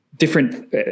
different